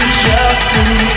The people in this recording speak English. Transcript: justly